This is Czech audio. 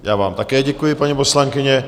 Já vám také děkuji, paní poslankyně.